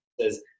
says